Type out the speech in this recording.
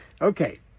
Okay